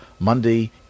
Monday